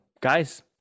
guys